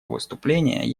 выступление